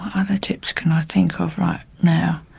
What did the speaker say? other tips can i think of right now?